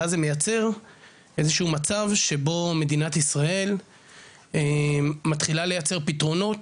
ואז זה מייצר איזה שהוא מצב שבו מדינת ישראל מתחילה לייצר פתרונות,